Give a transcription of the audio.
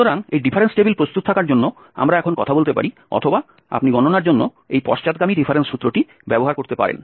সুতরাং এই difference table প্রস্তুত থাকার জন্য আমরা এখন কথা বলতে পারি অথবা আপনি গণনার জন্য এই পশ্চাদগামী ডিফারেন্স সূত্রটি ব্যবহার করতে পারেন